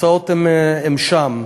התוצאות הן שם: